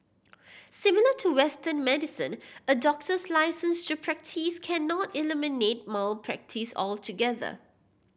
similar to Western medicine a doctor's licence to practise cannot eliminate malpractice altogether